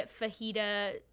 fajita